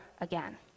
again